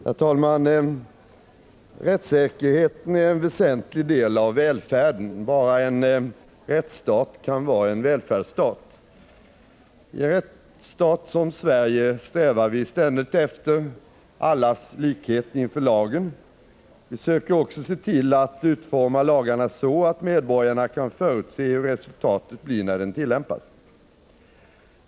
Herr talman! Rättssäkerheten är en väsentlig del av välfärden. Bara en rättsstat kan vara en välfärdsstat. Ien rättsstat som Sverige strävar vi ständigt efter allas likhet inför lagen. Vi söker också se till att utforma lagarna så, att medborgarna kan förutse hur resultatet blir när de tillämpas.